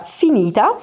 finita